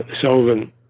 Sullivan